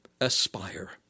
aspire